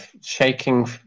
shaking